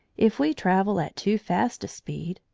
if we travel at too fast a speed,